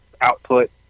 output